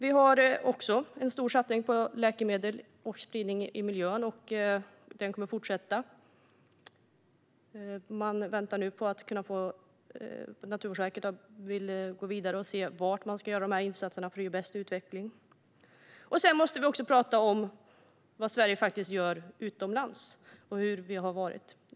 Vi har också en stor satsning på att förhindra läkedelsspridning i miljön, och den kommer att fortsätta. Naturvårdsverket vill gå vidare och se var man ska göra dessa insatser för att få bäst utveckling. Vi måste också tala om vad Sverige gör utomlands.